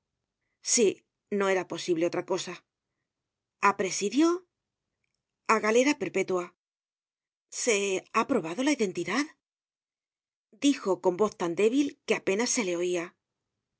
sí no era posible otra cosa a presidio a galera perpétua se ha probado la identidad dijo con voz tan débil que apenas se le oia